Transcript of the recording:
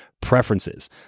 preferences